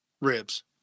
Ribs